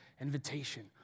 invitation